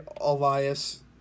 Elias